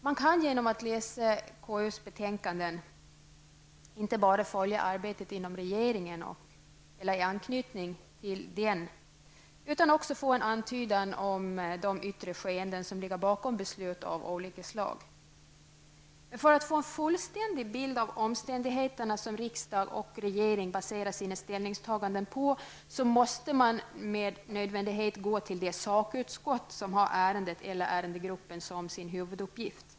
Man kan genom att läsa konstitutionsutskottets betänkanden inte bara följa arbetet inom regeringen eller i anknytning till den, utan också få en antydan om de yttre skeenden som ligger bakom beslut av olika slag. För att få en fullständig bild av de omständigheter som riksdag och regering baserar sina ställningstaganden på måste man gå till det sakutskott som har ärendet eller ärendegruppen som sin huvuduppgift.